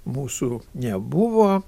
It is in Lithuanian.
mūsų nebuvo